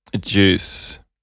Juice